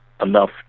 enough